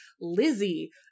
Lizzie